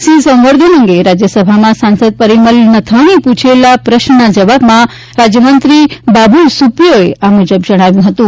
સિંહ સંવર્ધન અંગે રાજ્યસભામાં સાંસદ પરિમલ નથવાણીએ પૂછેલા પ્રશ્નના જવાબમાં રાજ્યમંત્રી બાબુલ સુપ્રિયોએ આ મુજબ જણાવ્યું હતું